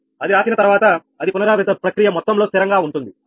అది రాసిన తర్వాత అది పునరావృత ప్రక్రియ మొత్తం లో స్థిరంగా ఉంటుంది అవునా